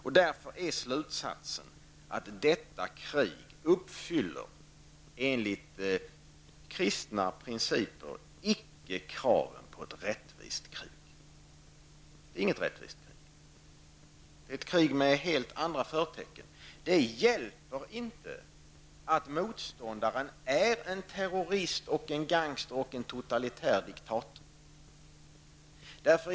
Slutsatsen är därför att detta krig enligt kristna principer inte uppfyller kraven på ett rättvist krig. Det är inget rättvist krig. Det är ett krig med helt andra förtecken. Det hjälper inte att motståndaren är en terrorist, en gangster och en totalitär diktator.